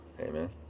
amen